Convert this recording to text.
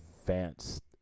advanced